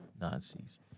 Nazis